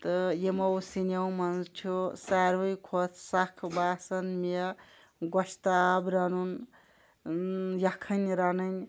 تہٕ یِمو سیٚنو منٛز چھُ ساروٕے کھۄتہٕ سخ باسان مےٚ گوشتاب رَنُن یخٕنۍ رَنٕنۍ